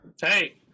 Hey